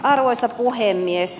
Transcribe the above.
arvoisa puhemies